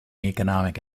economic